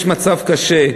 יש מצב קשה,